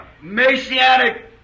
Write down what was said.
Messianic